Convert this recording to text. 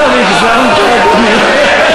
עכשיו הגזמת, אדוני.